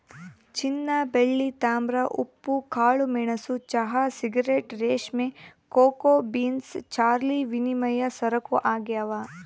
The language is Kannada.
ಚಿನ್ನಬೆಳ್ಳಿ ತಾಮ್ರ ಉಪ್ಪು ಕಾಳುಮೆಣಸು ಚಹಾ ಸಿಗರೇಟ್ ರೇಷ್ಮೆ ಕೋಕೋ ಬೀನ್ಸ್ ಬಾರ್ಲಿವಿನಿಮಯ ಸರಕು ಆಗ್ಯಾವ